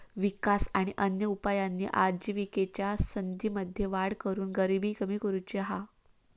विकास आणि अन्य उपायांनी आजिविकेच्या संधींमध्ये वाढ करून गरिबी कमी करुची हा